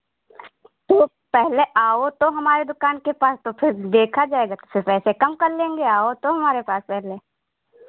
तो पहले आओ तो हमारे दुकान के पास तो फिर देखा जायेगा तो फिर वैसे देखा जायेगा तो फिर वैसे कम कर लेंगे आओ तो हमारे पास पहले